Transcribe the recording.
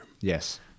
Yes